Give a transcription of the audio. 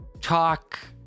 talk